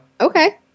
Okay